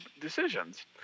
decisions